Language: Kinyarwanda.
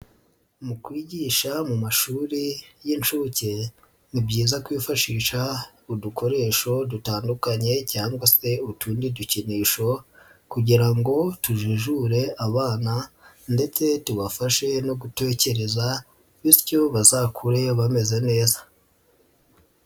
Mu kwigisha mu mashuri y'inshuke, ni byiza kwifashisha udukoresho dutandukanye cyangwa se utundi dukinisho kugira ngo tujijure abana ndetse tubafashe no gutekereza, bityo bazakure bameze neza.